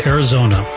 Arizona